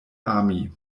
ami